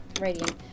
Radiant